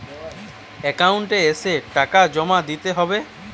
Account এসে টাকা জমা দিতে হবে?